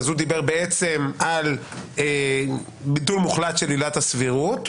אז הוא דיבר בעצם על ביטול מוחלט של עילת הסבירות,